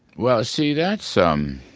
well, see that's um